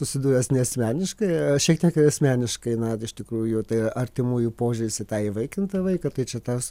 susidūręs ne asmeniškai šiek tiek ir asmeniškai na iš tikrųjų tai artimųjų požiūris į tą įvaikintą vaiką tai čia tas